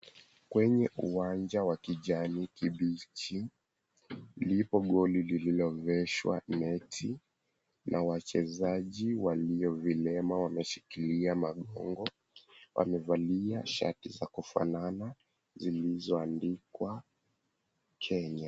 Kwenye uwanja wa kijani kibichi lipo goli lililoegeshwa neti na wachezaji walio vilema wameshikilia mgongo, wamevalia shati za kufanana zilizoandikwa Kenya.